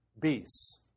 beasts